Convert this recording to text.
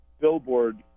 billboard